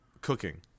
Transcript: cooking